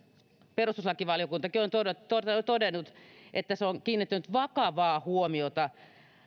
perustuslakivaliokuntakin on todennut että se on kiinnittänyt vakavaa huomiota